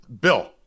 Bill